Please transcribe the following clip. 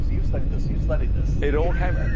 you studied this, you studied this. it all